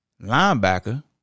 linebacker